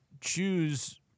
choose